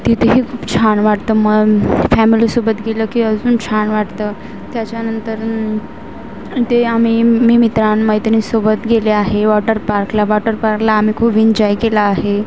तिथेही खूप छान वाटतं मग फॅमेलीसोबत गेलं की अजून छान वाटतं त्याच्यानंतर ते आम्ही मी मित्र मैत्रिणींसोबत गेले आहे वॉटर पार्कला वॉटर पार्कला आम्ही खूप एन्जॉय केलं आहे